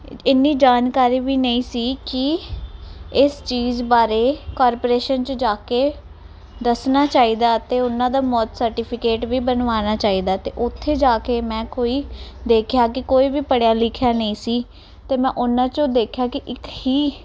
ਇੰਨੀ ਜਾਣਕਾਰੀ ਵੀ ਨਹੀਂ ਸੀ ਕਿ ਇਸ ਚੀਜ਼ ਬਾਰੇ ਕਾਰਪੋਰੇਸ਼ਨ ਚ ਜਾ ਕੇ ਦੱਸਣਾ ਚਾਹੀਦਾ ਤੇ ਉਹਨਾਂ ਦਾ ਮੌਤ ਸਰਟੀਫਿਕੇਟ ਵੀ ਬਣਵਾਣਾ ਚਾਹੀਦਾ ਤੇ ਉੱਥੇ ਜਾ ਕੇ ਮੈਂ ਕੋਈ ਦੇਖਿਆ ਕੀ ਕੋਈ ਵੀ ਪੜ੍ਹਿਆ ਲਿਖਿਆ ਨਹੀਂ ਸੀ ਤੇ ਮੈਂ ਉਹਨਾਂ ਚੋ ਦੇਖਿਆ ਕੀ ਇੱਕ ਹੀ